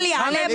חמד,